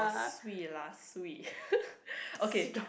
swee lah swee okay